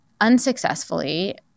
unsuccessfully